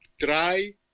try